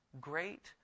great